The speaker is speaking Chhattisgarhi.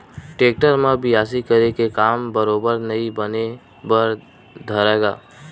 टेक्टर म बियासी करे के काम बरोबर नइ बने बर धरय गा